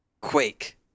quake